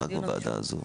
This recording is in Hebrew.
רק בוועדה הזאת.